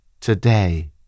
Today